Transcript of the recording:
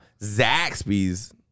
Zaxby's